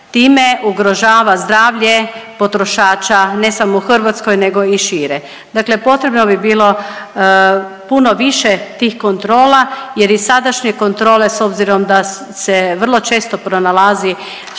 time ugrožava zdravlje potrošača, ne samo u Hrvatskoj nego i šire. Dakle, potrebno bi bilo puno više tih kontrola jer i sadašnje kontrole s obzirom da se vrlo često pronalazi